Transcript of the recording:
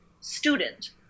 student